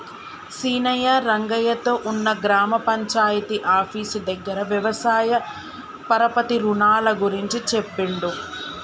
సీనయ్య రంగయ్య తో ఉన్న గ్రామ పంచాయితీ ఆఫీసు దగ్గర వ్యవసాయ పరపతి రుణాల గురించి చెప్పిండు